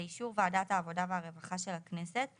באישור ועדת העבודה והרווחה של הכנסת,